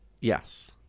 Yes